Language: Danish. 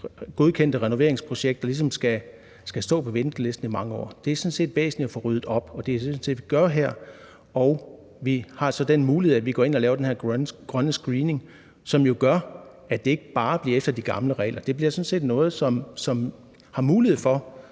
godkendte renoveringsprojekter ligesom skal stå på ventelisten i mange år. Det er sådan set væsentligt at få ryddet op, og det er det, vi gør her. Og vi har så den mulighed, at vi går ind og laver den her grønne screening, som jo gør, at det ikke bare bliver efter de gamle regler. Det bliver sådan set noget, som har mulighed for